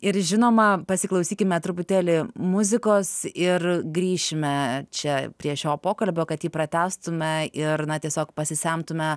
ir žinoma pasiklausykime truputėlį muzikos ir grįšime čia prie šio pokalbio kad jį pratęstume ir na tiesiog pasisemtume